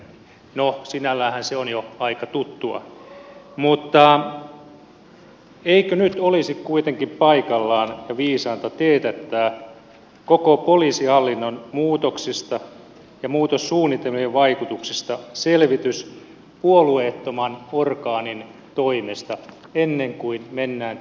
no sinälläänhän se on jo aika tuttua mutta eikö nyt olisi kuitenkin paikallaan ja viisainta teetättää koko poliisihallinnon muutoksista ja muutossuunnitelmien vaikutuksista selvitys puolueettoman orgaanin toimesta ennen kuin mennään tähän lainsäädäntötyöhön